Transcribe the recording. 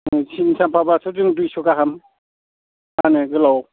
सिनि साफ्माब्लाथ' जों दुइस' जागोन मा होनो गोलाव